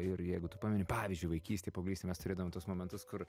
ir jeigu tu pameni pavyzdžiui vaikystėj paauglystėj mes turėdavom tuos momentus kur